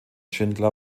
schindler